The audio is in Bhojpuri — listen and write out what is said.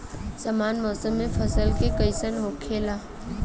सामान्य मौसम फसल के लिए कईसन होखेला?